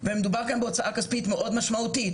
מדובר כאן בהוצאה כספית מאוד משמעותית.